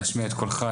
להשמיע את קולך,